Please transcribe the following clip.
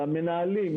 למנהלים,